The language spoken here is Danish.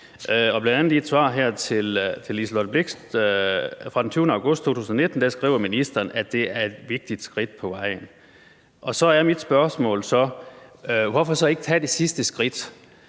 bl.a. et svar til fru Liselott Blixt fra den 20. august 2019 skriver ministeren, at det er et vigtigt skridt på vejen. Så er mit spørgsmål: Hvorfor så ikke tage det sidste skridt,